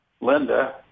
Linda